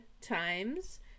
times